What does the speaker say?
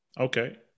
Okay